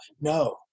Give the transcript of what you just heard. No